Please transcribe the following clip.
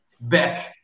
back